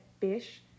fish